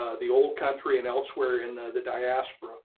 ah the old country and elsewhere in the diaspora.